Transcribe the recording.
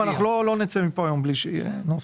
לא נצא מכאן בלי זה הנוסח.